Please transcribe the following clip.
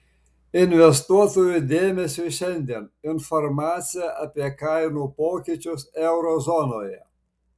investuotojų dėmesiui šiandien informacija apie kainų pokyčius euro zonoje